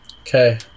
Okay